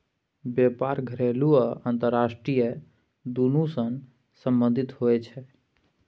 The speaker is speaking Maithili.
बेपार घरेलू आ अंतरराष्ट्रीय दुनु सँ संबंधित होइ छै